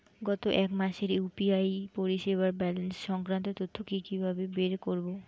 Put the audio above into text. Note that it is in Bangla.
গত এক মাসের ইউ.পি.আই পরিষেবার ব্যালান্স সংক্রান্ত তথ্য কি কিভাবে বের করব?